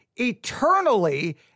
eternally